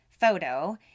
photo